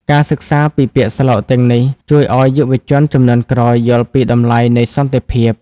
ការសិក្សាពីពាក្យស្លោកទាំងនេះ ជួយឱ្យយុវជនជំនាន់ក្រោយយល់ពីតម្លៃនៃសន្តិភាព។